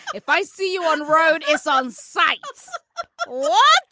if i see you on road is on sight one